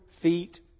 feet